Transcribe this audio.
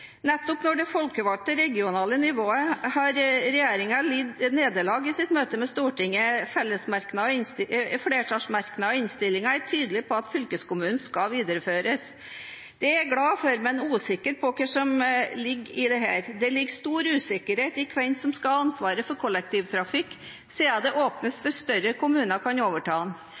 Nettopp når det gjelder det folkevalgte regionale nivået, har regjeringen lidd nederlag i sitt møte med Stortinget – flertallsmerknadene i innstillingen er tydelige på at fylkeskommunen skal videreføres. Det er jeg glad for, men er usikker på hva som ligger i dette. Det ligger stor usikkerhet i hvem som skal ha ansvaret for kollektivtrafikken, siden det åpnes